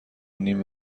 نیم